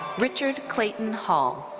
richard clayton hall.